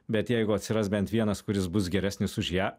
bet jeigu atsiras bent vienas kuris bus geresnis už ją